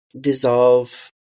dissolve